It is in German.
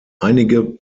einige